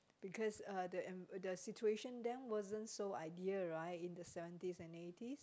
because uh the en~ the situation then wasn't so ideal right in the seventies and eighties